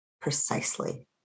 Precisely